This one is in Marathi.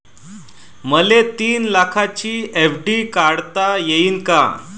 मले तीन लाखाची एफ.डी काढता येईन का?